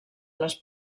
les